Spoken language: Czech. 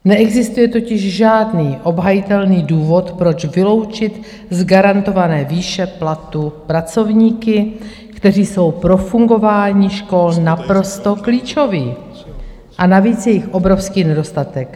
Neexistuje totiž žádný obhajitelný důvod, proč vyloučit z garantované výše platu pracovníky, kteří jsou pro fungování škol naprosto klíčoví, a navíc jejich obrovský nedostatek.